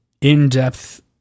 in-depth